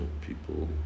people